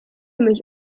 mich